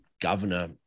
governor